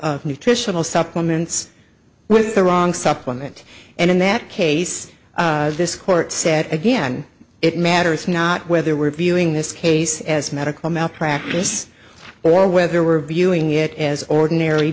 of nutritional supplements with the wrong supplement and in that case this court said again it matters not whether we're viewing this case as medical malpractise or whether we're viewing it as ordinary